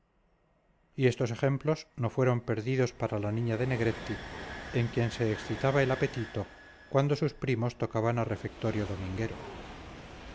y estos ejemplos no fueron perdidos para la niña de negretti en quien se excitaba el apetito cuando sus primos tocaban a refectorio dominguero